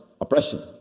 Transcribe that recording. Oppression